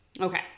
Okay